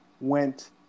went